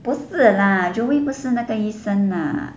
不是 lah joey 不是那个医生 lah